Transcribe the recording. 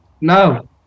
No